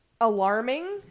alarming